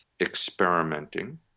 experimenting